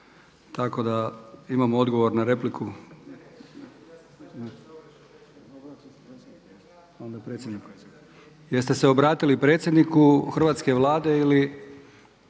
Tako da imamo odgovor na repliku. Jest se obratili predsjedniku Hrvatske vlade ili